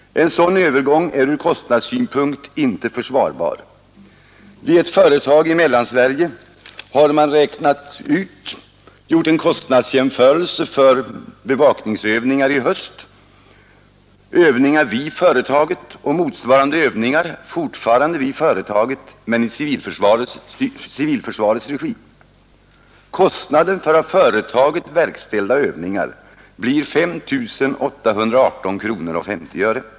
En sådan övergång är ur kostnadssynpunkt inte försvarbar. Vid ett företag i Mellansverige har man gjort en jämförelse av kostnaden för bevakningsövningar i höst mellan övningar vid företaget och motsvarande övningar fortfarande vid företaget men i civilförsvarets regi. Kostnaden för av företaget verkställda övningar blir 5 818 kronor och 50 öre.